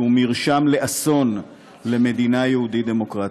שהוא מרשם לאסון למדינה יהודית דמוקרטית.